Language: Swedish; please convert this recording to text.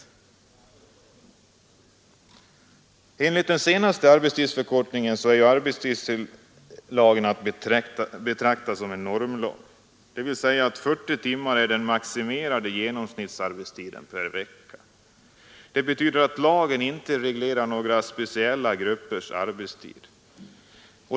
Regeln om 40-timmarsarbetsveckan i arbetstidslagen är att betrakta som en normregel. 40 timmar är alltså den maximerade genomsnittsarbetstiden per vecka. Det betyder att lagen inte reglerar några speciella gruppers arbetstid.